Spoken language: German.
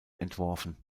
entworfen